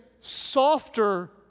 softer